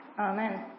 Amen